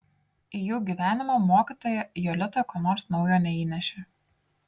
į jų gyvenimą mokytoja jolita ko nors naujo neįnešė